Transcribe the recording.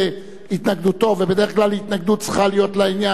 יש לכם עוד הזדמנות לעשות הצגה לעיני העולם כולו,